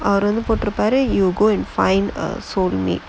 அவரு வந்து போட்டு இருப்பாரு:avaru vanthu pottu iruppaaru you go and find a soulmate